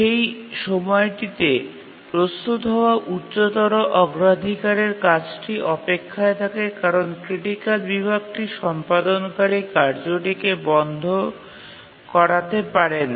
সেই সময়টিতে প্রস্তুত হওয়া উচ্চতর অগ্রাধিকারের কাজটি অপেক্ষায় থাকে কারণ ক্রিটিকাল বিভাগটি সম্পাদনকারী কার্যটিকে বন্ধ করাতে পারে না